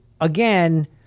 again